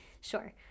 Sure